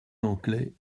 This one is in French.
anglais